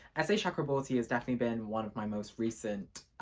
s a chakraborty has definitely been one of my most recent.